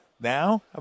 Now